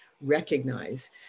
recognize